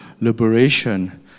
liberation